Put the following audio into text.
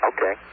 Okay